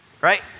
right